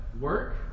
work